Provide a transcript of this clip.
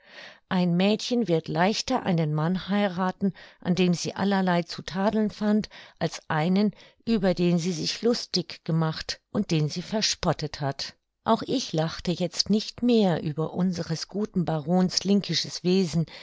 ein mädchen wird leichter einen mann heirathen an dem sie allerlei zu tadeln fand als einen über den sie sich lustig gemacht und den sie verspottet hat auch ich lachte jetzt nicht mehr über unseres guten barons linkisches wesen